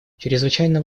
чрезвычайно